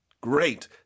great